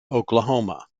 oklahoma